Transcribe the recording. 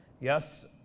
yes